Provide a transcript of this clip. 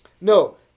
No